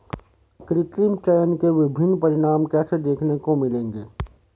कृत्रिम चयन के विभिन्न परिणाम कैसे देखने को मिलेंगे?